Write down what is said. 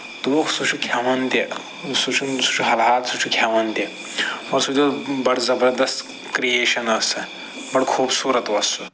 دوٚپُکھ سُہ چھِ کھٮ۪وان تہِ سُہ چھُنہٕ سُہ چھُ حَلال سُہ چھُ کھٮ۪وان تہِ مَگر سُہ تہِ اوس بڈٕ زبردَست کرٛیشَن ٲس سۅ بڈٕ خوٗبصوٗرت اوس سُہ